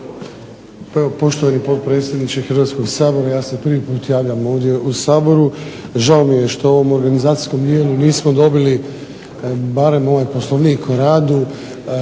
poštovani potpredsjedniče Hrvatskog sabora, ja se prvi put javljam ovdje u Saboru. Žao mi je što u ovom organizacijskom …/Govornik se ne razumije./… nismo dobili barem ovaj Poslovnik o radu,